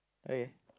okay